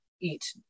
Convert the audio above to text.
eat